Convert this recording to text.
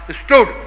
stood